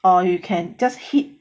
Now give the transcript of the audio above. or you can just heat